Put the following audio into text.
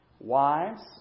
Wives